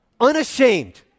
Unashamed